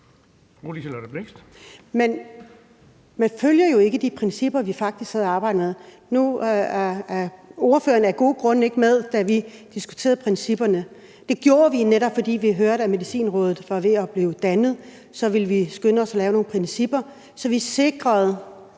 man følger jo ikke de principper, vi faktisk sidder og arbejder med. Nu var ordføreren af gode grunde ikke med, da vi diskuterede principperne, men det gjorde vi netop, fordi vi hørte, at Medicinrådet var ved at blive dannet, og vi så ville skynde os at lave nogle principper, så vi også sikrede,